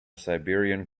siberian